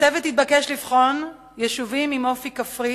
הצוות יתבקש לבחון יישובים עם אופי כפרי